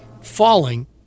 Falling